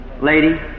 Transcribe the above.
Lady